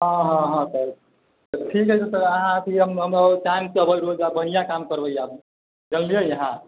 हँ हँ हँ सर ठीक है सर तऽ अहाँ अथि हम टाइमसँ एबै रोज आओर बढ़िआँ काम करबै आब जानलियै अहाँ